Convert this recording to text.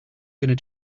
going